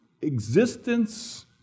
existence